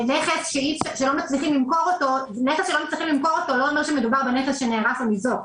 נכס שלא מצליחים למכור אותו לא אומר שמדובר בנכס שנהרס או ניזוק.